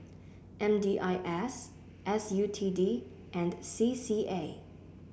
M D I S S U T D and C C A